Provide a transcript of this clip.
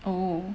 oh